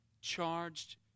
charged